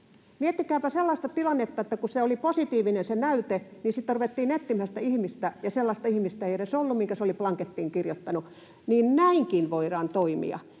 Miettikääpä sellaista tilannetta, että kun se näyte oli positiivinen, niin sitten ruvettiin etsimään sitä ihmistä ja sellaista ihmistä ei edes ollut, minkä se oli blankettiin kirjoittanut. Näinkin voidaan toimia.